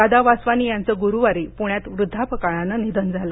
दादा वासवानी यांचं गुरुवारी पुण्यात वृद्धापकाळानं निधन झालं